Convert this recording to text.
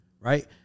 right